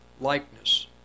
likeness